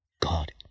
God